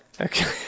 Okay